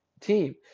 team